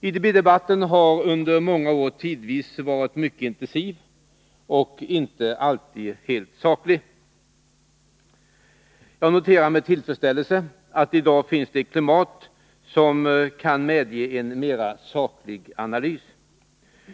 IDB-debatten har under gångna år tidvis varit mycket intensiv — och inte alltid helt saklig. Jag noterar med tillfredsställelse att det i dag finns ett klimat som medger en mera saklig analys.